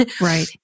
Right